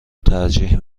ترجیح